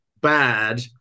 bad